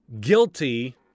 guilty